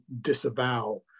disavow